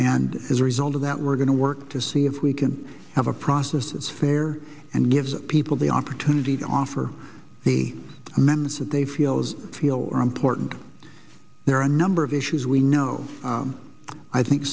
and as a result of that we're going to work to see if we can have a process that's fair and gives people the opportunity to offer the amendments that they feel as feel important there are a number of issues we know i think